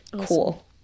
cool